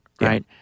right